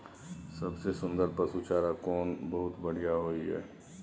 सबसे सुन्दर पसु चारा कोन बहुत बढियां होय इ?